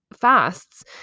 fasts